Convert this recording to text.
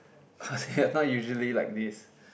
cause you're not usually like this